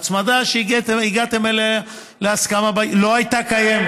ההצמדה שהגעתם אליה בהסכמה לא הייתה קיימת,